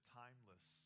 timeless